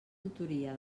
tutoria